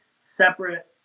separate